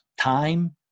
time